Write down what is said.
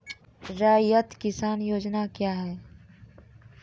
रैयत किसान योजना क्या हैं?